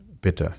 bitte